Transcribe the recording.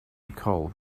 nicole